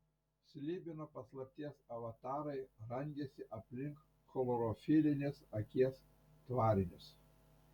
slibino paslapties avatarai rangėsi aplink chlorofilinės akies tvarinius